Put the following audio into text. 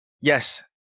Yes